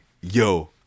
yo